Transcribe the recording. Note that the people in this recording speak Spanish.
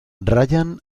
ryan